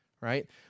right